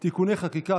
(תיקוני חקיקה),